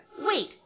Wait